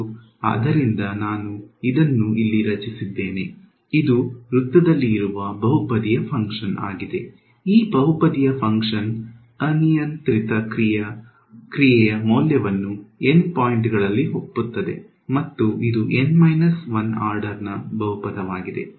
ಮತ್ತು ಅದರಿಂದ ನಾನು ಇದನ್ನು ಇಲ್ಲಿ ರಚಿಸಿದ್ದೇನೆ ಇದು ವೃತ್ತದಲ್ಲಿ ಇರುವ ಬಹುಪದೀಯ ಫಂಕ್ಷನ್ ಆಗಿದೆ ಈ ಬಹುಪದೀಯ ಫಂಕ್ಷನ್ ಅನಿಯಂತ್ರಿತ ಕ್ರಿಯೆಯ ಮೌಲ್ಯವನ್ನು N ಪಾಯಿಂಟ್ಗಳಲ್ಲಿ ಒಪ್ಪುತ್ತದೆ ಮತ್ತು ಇದು N 1 ಆರ್ಡರ್ ನ ಬಹುಪದವಾಗಿದೆ